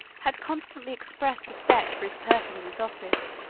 had constantly expressed respect for his person and his office,